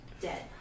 dead